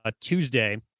tuesday